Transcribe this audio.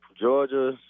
Georgia